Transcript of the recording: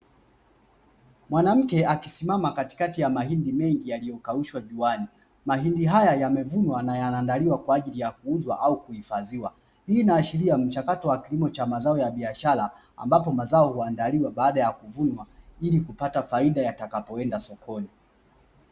Mwanamke akisimama katikati ya mahindi mengi yaliyo kaushwa juani, mahindi haya yamevunwa na yanaandaliwa kwa ajili ya kuuzwa au kuhifadhiwa. Hii inaashiria mchakato wa kilimo cha mazao ya biashara, ambapo mazao huandaliwa baada ya kuvunwa, ili kupata faida yatakapoenda sokoni.